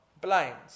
blinds